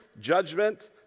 judgment